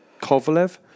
Kovalev